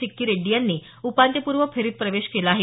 सिक्की रेड्डी यांनी उपांत्यपूर्व फेरीत प्रवेश केला आहे